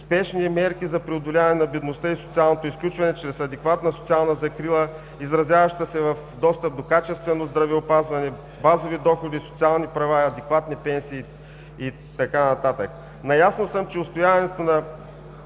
спешни мерки за преодоляване на бедността и социалното изключване чрез адекватна социална закрила, изразяваща се в достъп до качествено здравеопазване, базови доходи, социални права, адекватни пенсии и така нататък. Наясно съм, че отстояването на